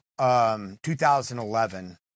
2011